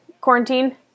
quarantine